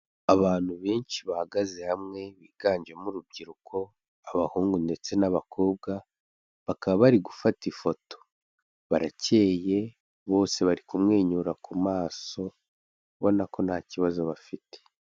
Abantu benshi bahagaze hamwe biganjemo urubyiruko, abahungu ndetse n'abakobwa, bakaba bari gufata ifoto, barakey bose bari kumwenyura ku maso, ubona ko nta kibazo bafite.